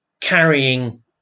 carrying